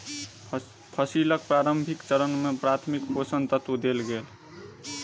फसीलक प्रारंभिक चरण में प्राथमिक पोषक तत्व देल गेल